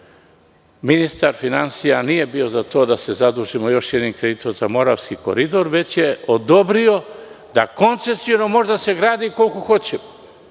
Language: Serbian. ministar finansija nije bio za to da se zadužimo još jednim kreditom za Moravski koridor, već je odobrio da koncesiono može da se gradi koliko hoćemo.